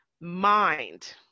mind